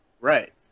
right